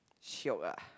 shiok ah